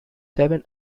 seven